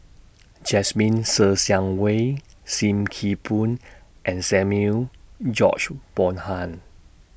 Jasmine Ser Xiang Wei SIM Kee Boon and Samuel George Bonham